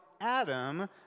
Adam